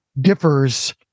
differs